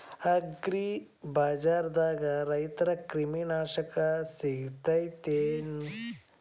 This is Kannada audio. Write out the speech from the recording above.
ಅಗ್ರಿಬಜಾರ್ದಾಗ ರೈತರ ಕ್ರಿಮಿ ನಾಶಕ ಸಿಗತೇತಿ ಏನ್?